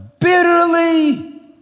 bitterly